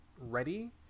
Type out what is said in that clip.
ready